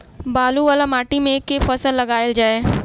बालू वला माटि मे केँ फसल लगाएल जाए?